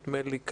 נדמה לי,